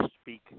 speak